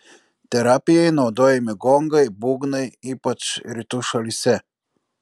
terapijai naudojami gongai būgnai ypač rytų šalyse